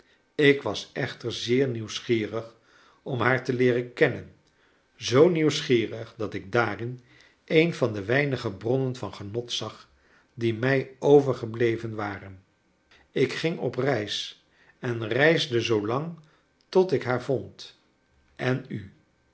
ik was echter zeer nieuwsgierig om haar te leeren kennen zoo nieuwsgierig dat ik daarin een van de weinige bronnen van genot zag die mij overgebleven waren ik ging op reis en reisde zoo lang tot ik haar vond en u